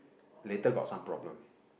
later got some problem